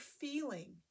feeling